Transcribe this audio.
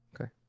okay